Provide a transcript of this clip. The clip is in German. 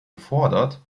gefordert